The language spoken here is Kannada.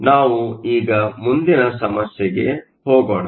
ನಾವು ಈಗ ಮುಂದಿನ ಸಮಸ್ಯೆಗೆ ಹೋಗೋಣ